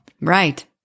Right